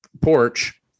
porch